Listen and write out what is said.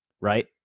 Right